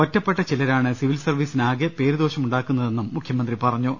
ഒറ്റപ്പെട്ട ചിലരാണ് സിവിൽ സർവീസിന് ആകെ പേരുദോഷ മുണ്ടാക്കുന്നതെന്നും മുഖ്യമന്ത്രി പറഞ്ഞു